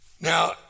Now